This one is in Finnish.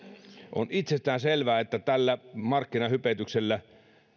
on itsestään selvää että tällä markkinahypetyksellä